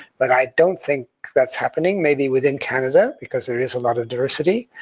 but i don't think that's happening. maybe within canada, because there is a lot of diversity.